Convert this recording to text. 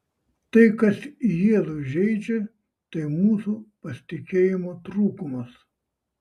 tai kas jėzų žeidžia tai mūsų pasitikėjimo trūkumas